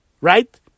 right